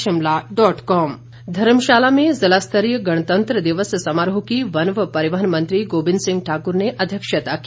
कांगडा समारोह धर्मशाला में ज़िलास्तरीय गणतंत्र दिवस समारोह की वन व परिवहन मंत्री गोविंद सिंह ठाक्र ने अध्यक्षता की